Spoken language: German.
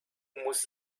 muss